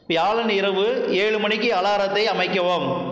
வியாழன் இரவு ஏழு மணிக்கு அலாரத்தை அமைக்கவும்